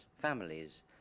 families